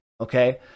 okay